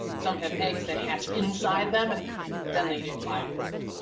some have eggs that hatch inside them and then they give live birth.